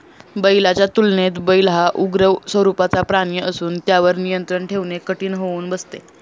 बैलाच्या तुलनेत बैल हा उग्र स्वरूपाचा प्राणी असून त्यावर नियंत्रण ठेवणे कठीण होऊन बसते